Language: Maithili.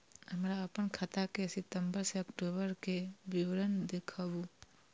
हमरा अपन खाता के सितम्बर से अक्टूबर के विवरण देखबु?